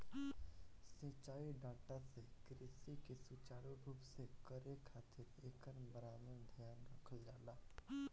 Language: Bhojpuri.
सिंचाई डाटा से कृषि के सुचारू रूप से करे खातिर एकर बराबर ध्यान रखल जाला